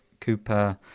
Cooper